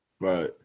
Right